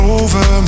over